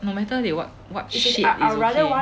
no matter they what what shape it's ok